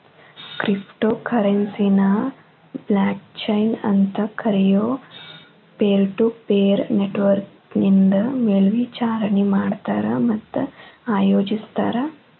crypto ಕರೆನ್ಸಿನ blockchain ಅಂತ್ ಕರಿಯೊ ಪೇರ್ಟುಪೇರ್ ನೆಟ್ವರ್ಕ್ನಿಂದ ಮೇಲ್ವಿಚಾರಣಿ ಮಾಡ್ತಾರ ಮತ್ತ ಆಯೋಜಿಸ್ತಾರ